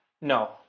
No